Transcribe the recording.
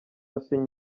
asinya